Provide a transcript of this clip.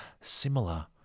similar